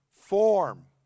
Form